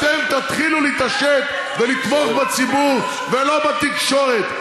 תתחילו להתעשת ולתמוך בציבור ולא בתקשורת.